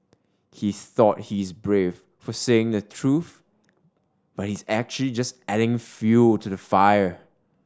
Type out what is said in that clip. he thought he is brave for saying the truth but he's actually just adding fuel to the fire